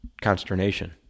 consternation